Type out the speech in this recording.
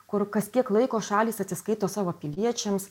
kur kas kiek laiko šalys atsiskaito savo piliečiams